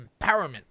empowerment